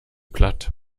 platt